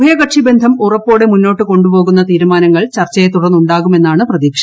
ഉഭയകക്ഷി ബന്ധം ഉറപ്പോടെ മുന്നോട്ടു കൊണ്ടുപോകുന്ന തീരുമാനങ്ങൾ ചർച്ചയെ തുടർന്നുണ്ടാകുമെന്നാണു പ്രതീക്ഷ